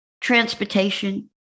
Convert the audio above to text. Transportation